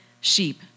sheep